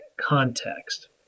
Context